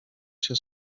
się